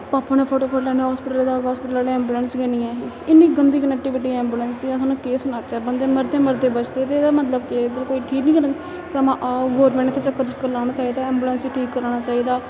पापे ने फटोफट उ'नेंगी हास्पिटल पजाया हास्पिटल आह्ले ऐंबुलेंस गै निं ही इन्नी गंदी कनेक्टिविटी ऐंबुलेंस दी ऐ सानूं केह् सनाचै बंदे मरदे मरदे बचदे ते मतलब कोई क निं समां आग गौरमेंट ने इत्थै चक्कर चक्कर लाना चाहिदा ऐंबुलेंस ठीक कराना चाहिदा